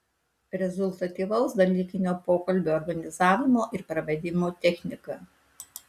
rezultatyvaus dalykinio pokalbio organizavimo ir pravedimo technika